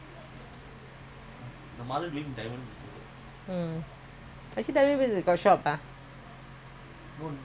ah they doing they're own business lah diamonds selling diamond lah